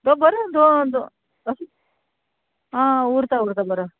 तो बरें दो दो कस आं उरता उरता बरो